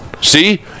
See